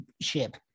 ship